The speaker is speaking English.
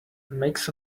makes